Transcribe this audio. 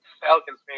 Falcons